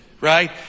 right